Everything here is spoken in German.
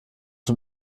dem